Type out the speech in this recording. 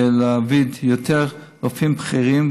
להעביד יותר רופאים בכירים,